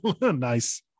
Nice